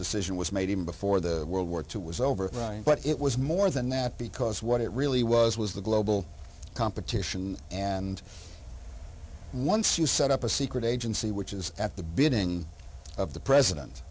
decision was made even before the world war two was over but it was more than that because what it really was was the global competition and once you set up a secret agency which is at the beginning of the president